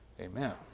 Amen